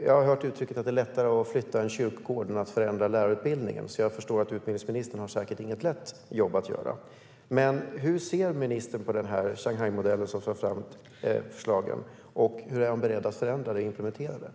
Jag har hört uttrycket att det är lättare att flytta en kyrkogård än att förändra lärarutbildningen, så jag förstår att utbildningsministern säkert inte har något lätt jobb att göra. Men hur ser ministern på Shanghaimodellen som förs fram, och hur är han beredd att förändra eller implementera den?